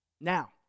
Now